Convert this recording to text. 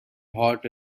hot